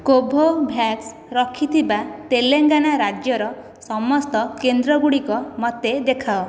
Covovax ରଖିଥିବା ତେଲେଙ୍ଗାନା ରାଜ୍ୟର ସମସ୍ତ କେନ୍ଦ୍ର ଗୁଡ଼ିକ ମୋତେ ଦେଖାଅ